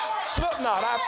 Slipknot